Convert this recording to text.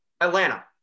Atlanta